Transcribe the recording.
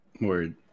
Word